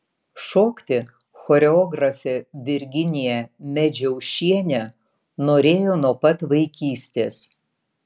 šokti choreografė virginija medžiaušienė norėjo nuo pat vaikystės